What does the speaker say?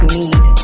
need